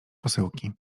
posyłki